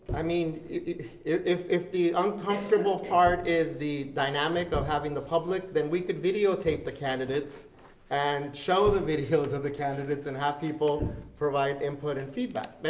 i mean, if if the uncomfortable part is the dynamic of having the public then we could videotape the candidates and show the videos of the candidates and have people provide input and feedback,